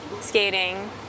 skating